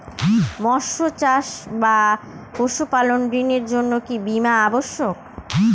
মৎস্য চাষ বা পশুপালন ঋণের জন্য কি বীমা অবশ্যক?